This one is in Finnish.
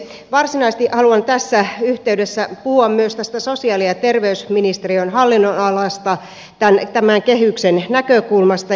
varsinaisesti haluan tässä yhteydessä puhua myös tästä sosiaali ja terveysministeriön hallinnonalasta tämän kehyksen näkökulmasta